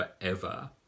forever